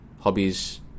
hobbies